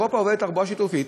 באירופה עובדת תחבורה שיתופית,